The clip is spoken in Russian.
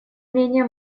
менее